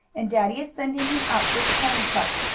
and daddy is sending him up with the pony cart.